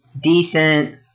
Decent